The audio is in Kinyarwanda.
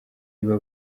iba